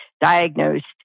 diagnosed